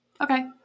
Okay